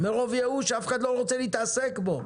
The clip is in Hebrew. מרוב ייאוש אף אחד לא רוצה להתעסק בו,